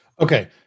Okay